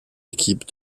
équipe